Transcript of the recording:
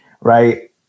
right